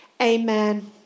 Amen